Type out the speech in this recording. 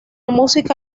música